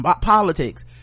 politics